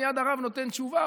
מייד הרב נותן תשובה,